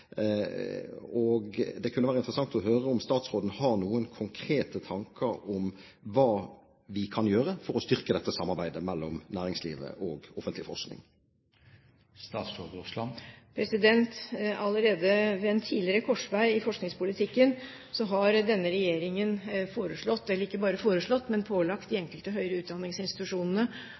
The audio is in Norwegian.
Det kunne være interessant å høre om statsråden har noen konkrete tanker om hva vi kan gjøre for å styrke samarbeidet mellom næringslivet og offentlig forskning. Allerede ved en tidligere korsvei i forskningspolitikken har denne regjeringen ikke bare foreslått, men pålagt de enkelte høyere utdanningsinstitusjonene